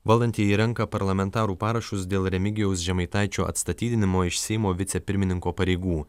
valdantieji renka parlamentarų parašus dėl remigijaus žemaitaičio atstatydinimo iš seimo vicepirmininko pareigų